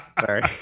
Sorry